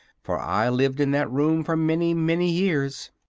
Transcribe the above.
for i lived in that room for many, many years.